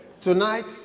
Tonight